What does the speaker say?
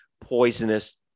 poisonous